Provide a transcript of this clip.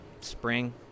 spring